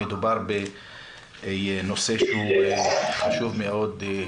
מדובר בנושא שהוא חשוב מאוד,